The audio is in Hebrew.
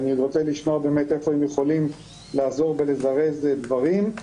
אני רוצה לשמוע באמת איפה הם יכולים לעזור בלזרז דברים.